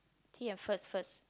t yeah first first